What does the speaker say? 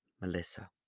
Melissa